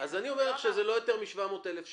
אז אני אומר לך שזה לא יותר מ-700,000 שקל,